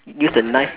use the knife